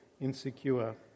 insecure